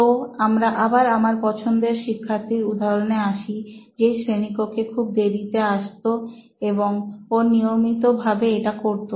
তো আমরা আবার আমার পছন্দের শিক্ষার্থীর উদাহরণে আসি যে শ্রেণীকক্ষে খুব দেরি করে আসতো এবং ও নিয়মিত ভাবে এটা করতো